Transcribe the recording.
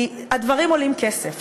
כי הדברים עולים כסף,